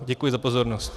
Děkuji za pozornost.